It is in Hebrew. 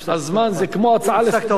הזמן זה כמו הצעה לסדר-היום.